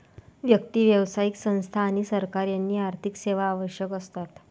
व्यक्ती, व्यावसायिक संस्था आणि सरकार यांना आर्थिक सेवा आवश्यक असतात